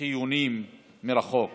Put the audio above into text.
חיוניים מרחוק